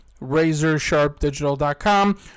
RazorSharpDigital.com